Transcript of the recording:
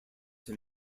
him